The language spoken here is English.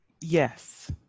Yes